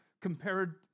compared